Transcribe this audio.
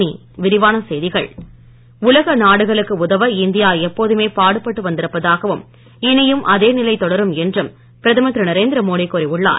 புத்த பூர்ணிமா உலக நாடுகளுக்கு உதவ இந்தியா எப்போதுமே பாடுபட்டு வந்திருப்பதாகவும் இனியும் இதே நிலை தொடரும் என்றும் பிரதமர் திரு நரேந்திரமோடி கூறி உள்ளார்